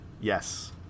Yes